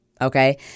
okay